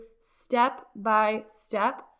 step-by-step